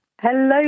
Hello